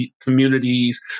communities